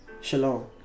Shalom